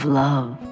love